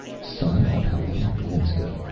son of helena glinska.